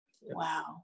Wow